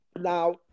now